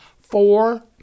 four